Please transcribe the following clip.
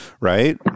right